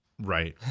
Right